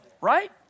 Right